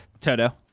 Toto